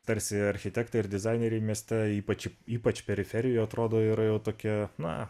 tarsi architektai ar dizaineriai mieste ypač ypač periferijoj atrodo yra jau tokia na